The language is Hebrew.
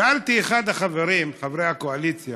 שאלתי את אחד מחברי הקואליציה